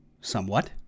somewhat